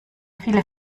viele